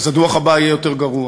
אז הדוח הבא יהיה יותר גרוע.